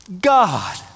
God